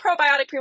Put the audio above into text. probiotic